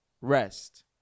rest